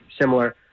similar